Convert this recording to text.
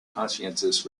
conscientious